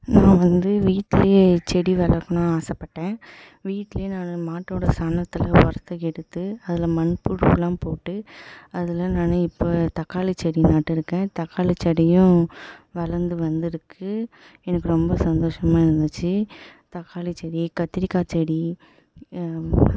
நான் வந்து வீட்லேயே செடி வளர்க்கணும் ஆசைப்பட்டேன் வீட்டில் நான் மாட்டோட சாணத்தில் உரத்த எடுத்து அதில் மண் புழுலாம் போட்டு அதில் நான் இப்போ தக்காளி செடி நட்டுருக்கேன் தக்காளி செடியும் வளர்ந்து வந்துருக்கு எனக்கு ரொம்ப சந்தோஷமாக இருந்துச்சு தக்காளி செடி கத்திரிக்காய் செடி